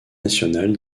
nationale